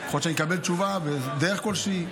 יכול להיות שאני אקבל תשובה בדרך כלשהי.